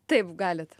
taip galit